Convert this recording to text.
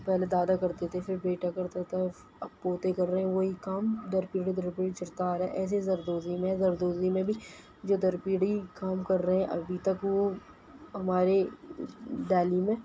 پہلے دادا کرتے تھے پھر بیٹا کرتا تھا اور اب پوتے کر رہے ہیں وہی کام در پیڑھی درپیڑھی چلتا آ رہا ہے ایسے ذردوزی ذردوزی میں بھی جو در پیڑھی کام کر رہے ہیں ابھی تک وہ ہمارے دہلی میں